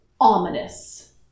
ominous